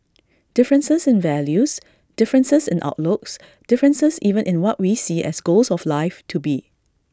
differences in values differences in outlooks differences even in what we see as goals of life to be